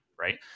right